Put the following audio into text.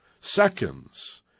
seconds